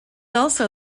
also